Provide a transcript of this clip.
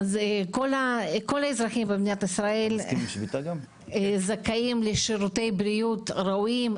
כל האזרחים במדינת ישראל זכאים לשירותי בריאות ראויים,